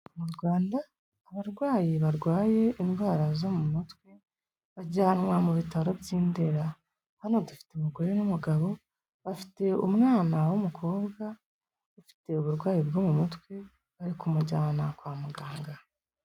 Mu Rwanda abarwayi barwaye indwara zo mu matwe bajyanwa mu bitaro by'Indera, hano dufite umugore n'umuga bafite umwana w'umukobwa ufite uburwayi bwo mu mutwe, bari kumujyana kwa muganga.